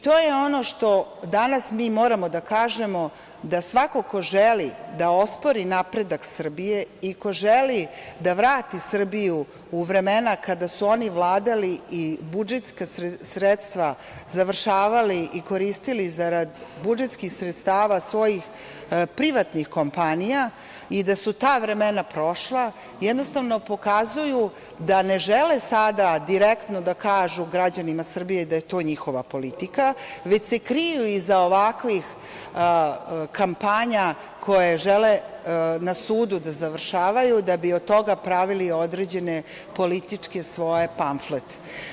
To je ono što danas mi moramo da kažemo da svako ko želi da ospori napredak Srbije i ko želi da vrati Srbiju u vremena kada su oni vladali i budžetska sredstva završavali i koristili zarad budžetskih sredstava svojih privatnih kompanije i da su ta vremena prošla, jednostavno pokazuju da ne žele sada direktno da kažu građanima Srbije da je to njihova politika, već se kriju iza ovakvih kampanja koje žele na sudu da završavaju, da bi od toga pravili određene svoje političke pamflete.